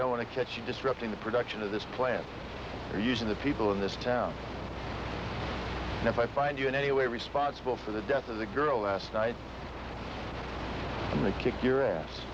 don't want to catch you disrupting the production of this plan or using the people in this town if i find you in any way responsible for the death of the girl last night when they kick your ass